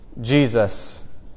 Jesus